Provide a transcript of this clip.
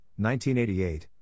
1988